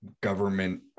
government